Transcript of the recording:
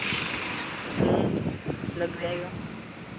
लग जाएगा